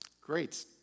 Great